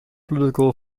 political